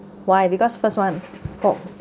why because first one for